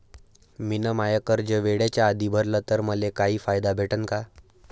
मिन माय कर्ज वेळेच्या आधी भरल तर मले काही फायदा भेटन का?